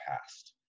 past